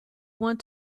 want